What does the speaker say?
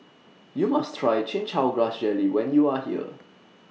YOU must Try Chin Chow Grass Jelly when YOU Are here